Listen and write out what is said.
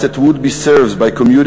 Justice would be served by commuting